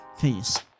Peace